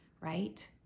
right